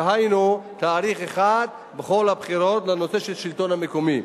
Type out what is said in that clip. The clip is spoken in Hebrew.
דהיינו תאריך אחד בכל הבחירות בנושא של השלטון המקומי,